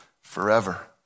forever